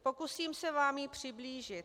Pokusím se vám ji přiblížit.